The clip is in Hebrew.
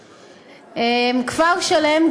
כפר-שלם,